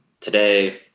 Today